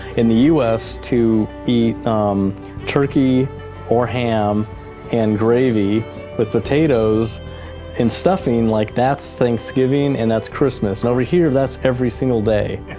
in the u s, to eat turkey or ham and gravy with potatoes and stuffing, like, that's thanksgiving and that's christmas. and over here, that's every single day.